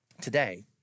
Today